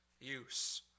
use